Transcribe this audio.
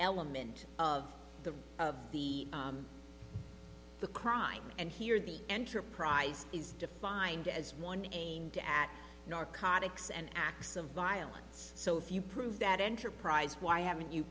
element of the of the the crime and here the enterprise is defined as one aimed at narcotics and acts of violence so if you prove that enterprise why haven't you